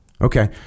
okay